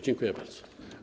Dziękuję bardzo.